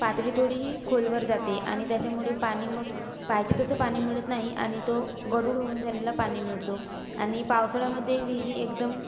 पातळी थोडी ही खोलवर जाते आणि त्याच्यामुळे पाणी मग पाहिजे तसं पाणी मिळत नाही आणि तो गढूळ होऊन झालेला पाणी मिळतो आणि पावसाळ्यामध्ये विहिरी एकदम